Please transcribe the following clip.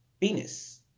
Venus